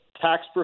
tax